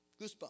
Goosebumps